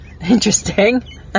interesting